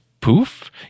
poof